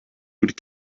would